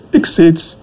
exceeds